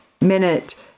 minute